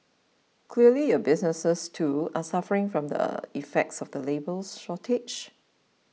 clearly your businesses too are suffering from the effects of the labour's shortage